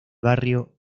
barrio